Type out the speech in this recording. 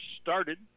started